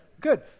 good